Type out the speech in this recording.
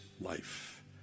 life